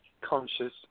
conscious